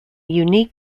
unique